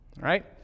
right